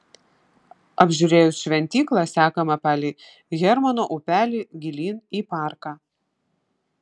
apžiūrėjus šventyklą sekame palei hermono upelį gilyn į parką